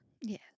Yes